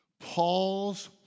Paul's